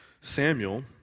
Samuel